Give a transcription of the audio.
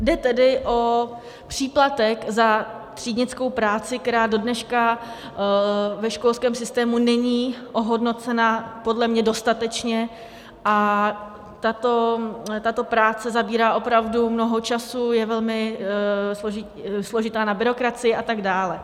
Jde tedy o příplatek za třídnickou práci, která dodneška ve školském systému není ohodnocena podle mě dostatečně, a tato práce zabírá opravdu mnoho času, je velmi složitá na byrokracii atd.